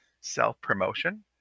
self-promotion